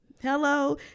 Hello